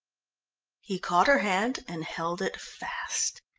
he caught her hand and held it fast,